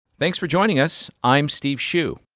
thanks for joining us. i'm steve hsu.